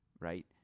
right